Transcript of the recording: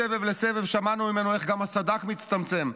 מסבב לסבב שמענו ממנו גם איך הסד"כ מצטמצם,